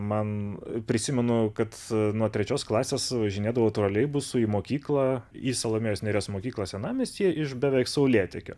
man prisimenu kad nuo trečios klasės važinėdavau troleibusu į mokyklą į salomėjos nėries mokyklą senamiestyje iš beveik saulėtekio